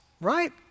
right